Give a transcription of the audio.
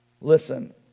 Listen